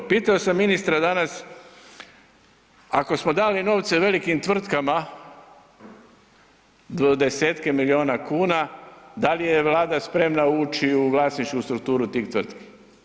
Pitao sam ministra danas, ako smo dali novce velikim tvrtkama, desetke milijuna kuna, dal je Vlada spremna ući u vlasničku strukturu tih tvrtki?